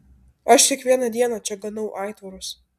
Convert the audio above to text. aš kiekvieną dieną čia ganau aitvarus